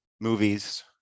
Movies